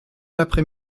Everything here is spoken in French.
l’après